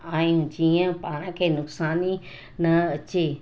आहियूं जीअं पाण खे नुकसान ई न अचे